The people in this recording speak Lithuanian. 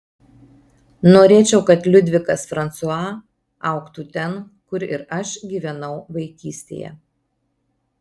norėčiau kad liudvikas fransua augtų ten kur ir aš gyvenau vaikystėje